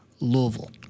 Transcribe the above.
Louisville